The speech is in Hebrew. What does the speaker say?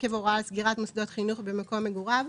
עקב הוראה על סגירת מוסדות חינוך במקום מגוריו,